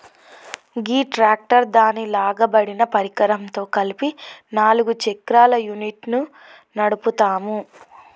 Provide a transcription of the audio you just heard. గీ tractor దాని లాగబడిన పరికరంతో కలిపి నాలుగు చక్రాల యూనిట్ను నడుపుతాము